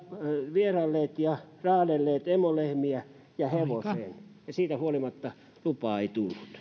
ja ne olivat raadelleet emolehmiä ja hevosen siitä huolimatta lupaa ei